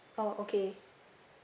oh okay